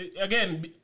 Again